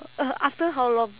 oh uh after how long